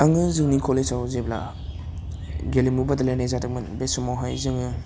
आङो जोंनि कलेजाव जेब्ला गेलेमु बादायलायनाय जादोंमोन बे समावहाय जोङो